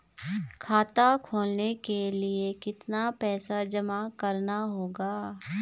खाता खोलने के लिये कितना पैसा जमा करना होगा?